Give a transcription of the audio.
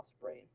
brain